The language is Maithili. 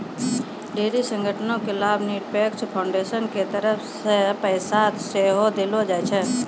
ढेरी संगठनो के लाभनिरपेक्ष फाउन्डेसन के तरफो से पैसा सेहो देलो जाय छै